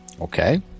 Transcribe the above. Okay